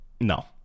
No